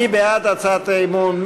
מי בעד הצעת האי-אמון?